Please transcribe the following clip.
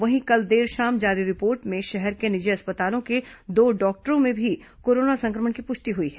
वहीं कल देर शाम जारी रिपोर्ट में शहर के निजी अस्पतालों के दो डॉक्टरों में भी कोरोना संक्र म ण की पुष्टि हुई है